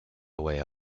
away